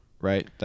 right